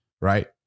right